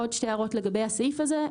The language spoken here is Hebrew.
עוד שתי הערות לגבי הסעיף הזה.